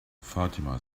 fatima